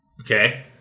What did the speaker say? Okay